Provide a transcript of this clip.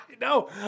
No